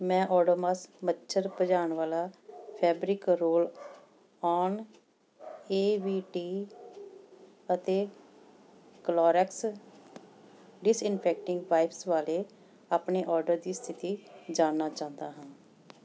ਮੈਂ ਓਡੋਮੋਸ ਮੱਛਰ ਭਜਾਉਣ ਵਾਲਾ fabric roll on A V T ਅਤੇ ਕਲੋਰੈਕਸ ਡਿਸਇੰਨਫੈਕਟਿੰਗ ਵਾਈਪਸ ਵਾਲੇ ਆਪਣੇ ਆਰਡਰ ਦੀ ਸਥਿਤੀ ਜਾਣਨਾ ਚਾਹੁੰਦਾ ਹਾਂ